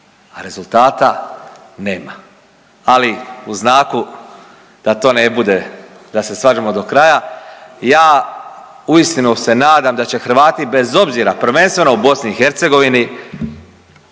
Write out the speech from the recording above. a rezultata nema. Ali, u znaku da to ne bude da se svađamo do kraja, ja uistinu se nadam da će Hrvati, bez obzira, prvenstveno u BiH